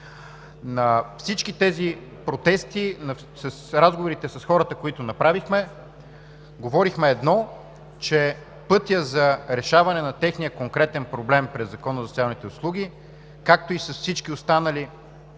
На всички тези протести – разговорите с хората, които направихме, говорихме едно: че пътят за решаване на техния конкретен проблем през Закона за социалните